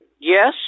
Yes